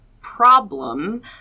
problem